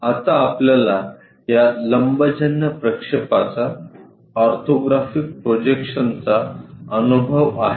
तर आता आपल्याला या लंबजन्य प्रक्षेपाचा ऑर्थोग्राफिक प्रोजेक्शन अनुभव आहे